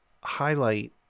highlight